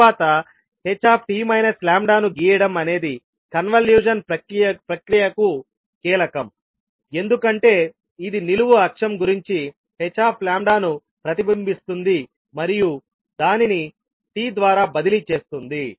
తరువాత h t λ ను గీయడం అనేది కన్వల్యూషన్ ప్రక్రియకు కీలకం ఎందుకంటే ఇది నిలువు అక్షం గురించి hλ ను ప్రతిబింబిస్తుంది మరియు దానిని t ద్వారా బదిలీ చేస్తుంది